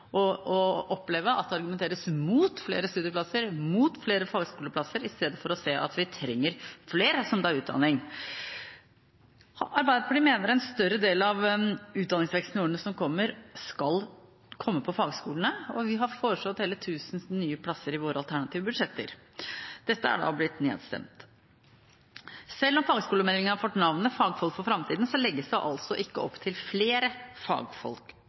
å oppleve at det argumenteres mot flere studieplasser, mot flere fagskoleplasser, istedenfor å se at vi trenger flere som tar utdanning. Arbeiderpartiet mener en større del av utdanningsveksten i årene som kommer, skal komme til fagskolene, og vi har foreslått hele 1 000 nye plasser i våre alternative budsjetter. Dette er blitt nedstemt. Selv om fagskolemeldingen har fått navnet Fagfolk for fremtiden, legges det altså ikke opp til flere fagfolk